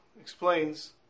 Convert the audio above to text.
explains